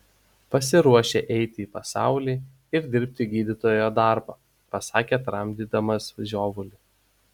pasiruošę eiti į pasaulį ir dirbti gydytojo darbą pasakė tramdydamas žiovulį